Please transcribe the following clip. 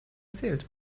zählt